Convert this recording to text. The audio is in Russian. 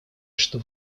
что